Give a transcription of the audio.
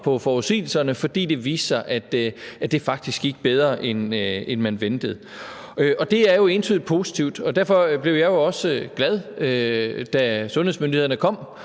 på forudsigelserne, fordi det viste sig, at det faktisk gik bedre, end man ventede. Det er jo entydig positivt, og derfor blev jeg også glad, da sundhedsmyndighederne kom